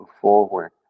forward